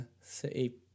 City